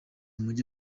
mujye